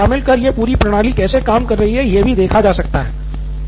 sir इस को शामिल कर यह पूरी प्रणाली कैसे काम कर रही है यह भी देखा जा सकता है